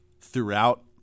throughout